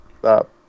Stop